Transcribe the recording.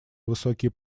высокие